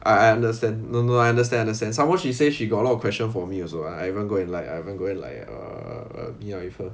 I I understand no no I understand understand some more she say she got a lot of question for me also I haven't go and like I haven't go and like err meet up with her